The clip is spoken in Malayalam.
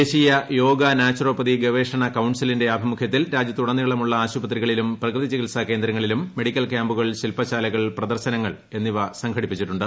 ദേശീയ യോഗ നാച്ചുറോപ്പതി ഗവേഷണ കൌൺസിലിന്റെ ആഭിമുഖ്യത്തിൽ രാജ്യത്തുട നീളം ഉള്ള ആശുപത്രികളിലും പ്രകൃതി ചികിത്സാ കേന്ദ്രങ്ങളിലും മെഡിക്കൽ ക്യാമ്പുകൾ ശിൽപ്പശാലകൾ പ്രദർശനങ്ങൾ എന്നിവ സംഘടിപ്പിച്ചിട്ടുണ്ട്